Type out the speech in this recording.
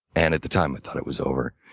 and at the time, i thought it was over.